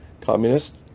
Communist